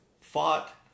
fought